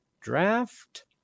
draft